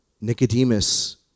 Nicodemus